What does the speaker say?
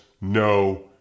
no